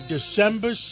December